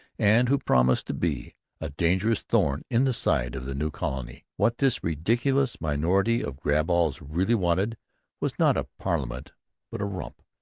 and who promised to be a dangerous thorn in the side of the new colony? what this ridiculous minority of grab-alls really wanted was not a parliament but a rump.